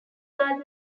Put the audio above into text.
garden